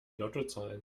lottozahlen